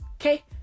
Okay